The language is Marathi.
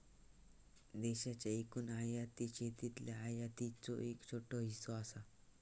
देशाच्या एकूण आयातीत शेतीतल्या आयातीचो एक छोटो हिस्सो असा